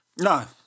No